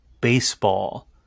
baseball